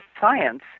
Science